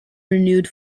renewed